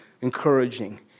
encouraging